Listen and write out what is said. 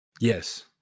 Yes